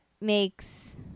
makes